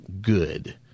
good